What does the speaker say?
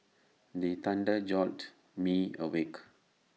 the thunder jolt me awake